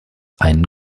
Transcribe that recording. einen